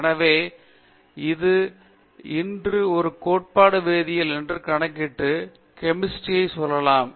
எனவே இது இன்று ஒரு கோட்பாட்டு வேதியியல் என்றும் கணக்கிடு கெமிஸ்ட்ரி சொல்லலாம்